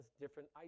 different